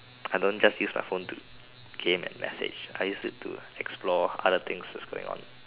I don't just use my phone to game and message I used it to explore other things that's going on